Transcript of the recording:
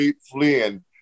fleeing